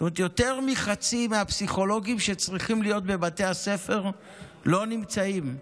זאת אומרת יותר מחצי מהפסיכולוגים שצריכים להיות בבתי הספר לא נמצאים,